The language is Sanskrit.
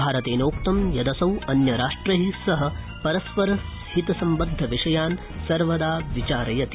भारतेनोक्तं यदसौ अन्यराष्ट्र अह परस्परहित सम्बद्धविषयान् सर्वदा विचारयति